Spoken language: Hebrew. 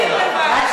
להעביר לוועדה.